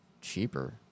Cheaper